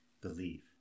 believe